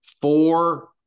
four